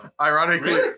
Ironically